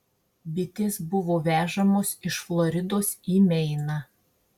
bitės buvo vežamos iš floridos į meiną